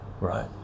right